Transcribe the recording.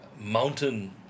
mountain